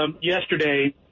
yesterday